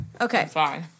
Okay